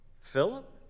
philip